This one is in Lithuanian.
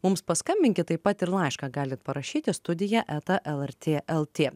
mums paskambinkit taip pat ir laišką galit parašyti studija eta lrt lt